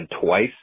twice